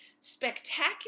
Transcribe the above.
spectacular